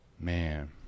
Man